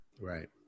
right